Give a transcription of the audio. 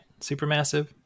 Supermassive